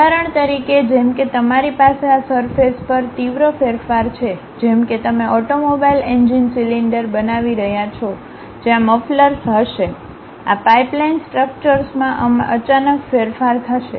ઉદાહરણ તરીકે જેમ કે તમારી પાસે આ સરફેસ પર તીવ્ર ફેરફાર છે જેમ કે તમે ઓટોમોબાઈલ એન્જિન સિલિન્ડર બનાવી રહ્યા છો જ્યાં મફલર્સ હશે આ પાઇપલાઇન સ્ટ્રક્ચર્સમાં અચાનક ફેરફાર થશે